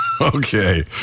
Okay